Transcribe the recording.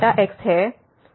तो यह 0 हो जाएगा